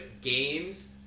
games